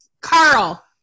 Carl